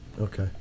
Okay